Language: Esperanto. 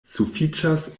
sufiĉas